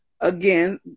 again